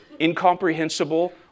incomprehensible